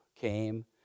came